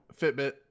Fitbit